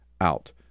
out